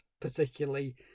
particularly